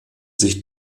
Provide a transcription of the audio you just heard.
sich